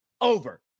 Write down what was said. over